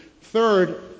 Third